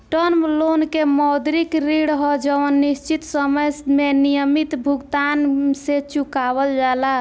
term loan के मौद्रिक ऋण ह जवन निश्चित समय में नियमित भुगतान से चुकावल जाला